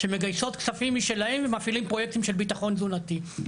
שמגייסות כספים משלהם ומפעילים פרויקטים של ביטחון תזונתי.